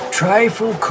trifle